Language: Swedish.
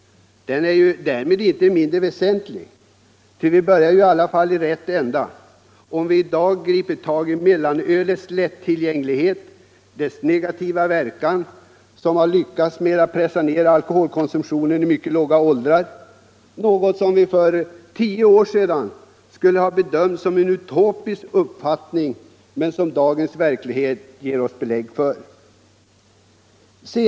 Den frågan är inte mindre väsentlig för det, och vi börjar i alla fall i rätt ända, om vi i dag griper tag i mellanölets lätttillgänglighet, dess negativa verkan som har lyckats pressa alkoholkonsumtionen ned i mycket låga åldrar — något som för tio år sedan skulle ha bedömts som en utopisk uppfattning men som dagens verklighet ger oss belägg för.